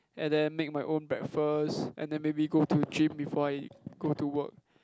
and then make my own breakfast and then maybe go to gym before I go to work